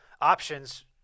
options